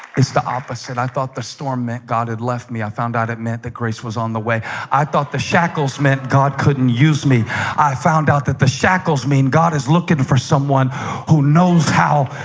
it's the opposite i thought the storm meant god had left me i found out it meant that grace was on the way i thought the shackles meant god couldn't use me i found out that the shackles mean god is looking for someone who how?